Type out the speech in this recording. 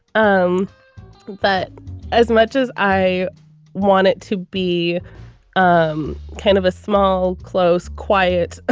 um but as much as i want it to be um kind of a small, close, quiet,